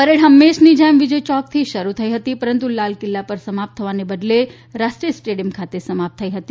parade હંમેશની જેમ વિજય યોકથી શરૂ થઈ પરંતુ લાલ કિલ્લા પર સમાપ્ત થવાને બદલે રાષ્ટ્રીય સ્ટેડિયમ ખાતે સમા પ્ત થઈ હતી